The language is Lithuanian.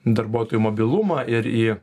darbuotojų mobilumą ir į